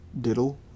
diddle